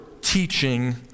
teaching